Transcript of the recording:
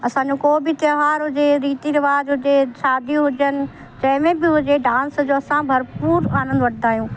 असांजो को बि त्योहारु हुजे रीती रवाज़ हुजे शादियूं हुजनि जंहिंमें बि हुजे डांस जो असां भरपूरु आनंद वठंदा आहियूं